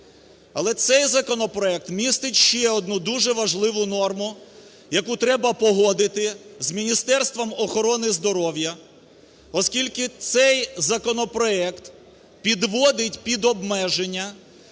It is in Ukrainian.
Але цей законопроект містить ще одну дуже важливу норму, яку треба погодити з Міністерством охорони здоров'я, оскільки цей законопроект підводить під обмеження